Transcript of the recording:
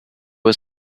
was